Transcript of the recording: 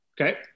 Okay